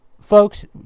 folks